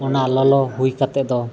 ᱚᱱᱟ ᱞᱚᱞᱚ ᱦᱩᱭ ᱠᱟᱛᱮ ᱫᱚ